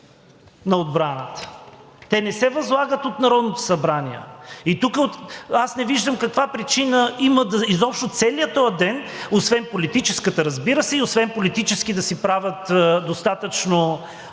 на отбраната. Те не се възлагат от Народното събрание. И тук аз не виждам каква причина има изобщо целият този ден, освен политическата, разбира се, и освен политически да си правят достатъчно